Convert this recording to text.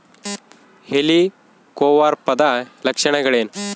ಹೆಲಿಕೋವರ್ಪದ ಲಕ್ಷಣಗಳೇನು?